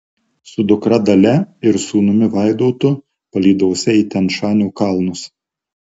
su dukra dalia ir sūnumi vaidotu palydose į tian šanio kalnus